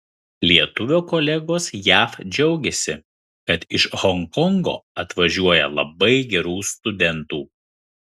lietuvio kolegos jav džiaugiasi kad iš honkongo atvažiuoja labai gerų studentų